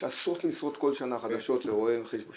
יש עשרות משרות חדשות כל שנה לרואי חשבון,